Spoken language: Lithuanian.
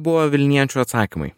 buvo vilniečių atsakymai